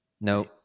no